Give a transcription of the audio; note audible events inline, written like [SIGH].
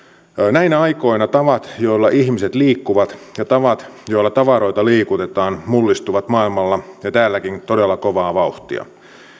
näinä aikoina tavat joilla ihmiset liikkuvat ja tavat joilla tavaroita liikutetaan mullistuvat maailmalla [UNINTELLIGIBLE] ja täälläkin todella kovaa vauhtia